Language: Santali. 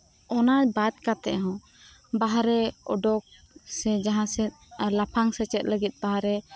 ᱚᱱᱟ ᱵᱟᱫ ᱠᱟᱛᱮᱜ ᱦᱚᱸ ᱵᱟᱦᱟᱨᱮ ᱩᱰᱩᱜ ᱥᱮ ᱡᱟᱦᱟᱸᱥᱮᱫ ᱞᱟᱯᱷᱟᱝ ᱥᱮᱪᱮᱫ ᱞᱟᱹᱜᱤᱫ ᱵᱟᱦᱟᱨᱮ